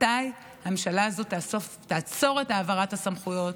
מתי הממשלה הזאת תעצור את העברת הסמכויות,